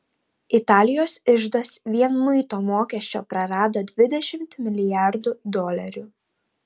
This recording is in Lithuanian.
italijos iždas vien muito mokesčio prarado dvidešimt milijardų dolerių